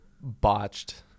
botched